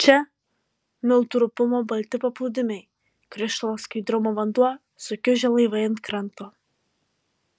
čia miltų rupumo balti paplūdimiai krištolo skaidrumo vanduo sukiužę laivai ant kranto